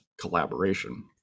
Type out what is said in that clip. collaboration